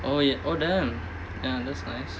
oh ya oh damn ya that's nice